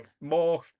more